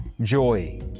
joy